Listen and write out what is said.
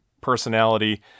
personality